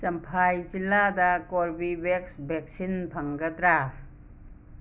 ꯆꯝꯐꯥꯏ ꯖꯤꯜꯂꯥꯗ Corbevax vaccine ꯐꯪꯒꯗ꯭ꯔꯥ